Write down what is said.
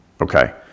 Okay